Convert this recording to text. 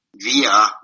via